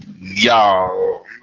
Y'all